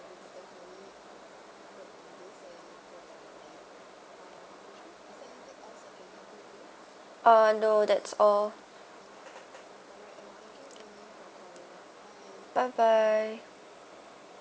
uh no that's all bye bye